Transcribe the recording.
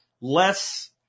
less